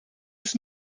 des